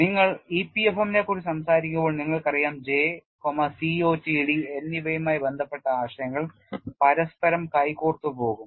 നിങ്ങൾ EPFM നെക്കുറിച്ച് സംസാരിക്കുമ്പോൾ നിങ്ങൾക്കറിയാം J COTD എന്നിവയുമായി ബന്ധപ്പെട്ട ആശയങ്ങൾ പരസ്പരം കൈകോർത്തുപോകും